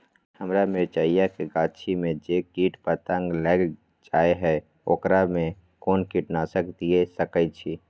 हमरा मिर्चाय के गाछी में जे कीट पतंग लैग जाय है ओकरा में कोन कीटनासक दिय सकै छी?